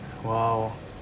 !wow!